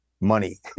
money